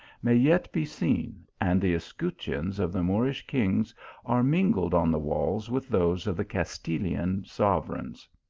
may yet be seen, and the escutcheons of the moorish kings are mingled on the walls with those of the castilian sovereigns.